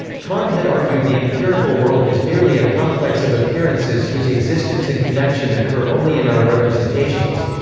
kant had argued the empirical world is merely a complex of appearances whose existence and connection occur only in our representations.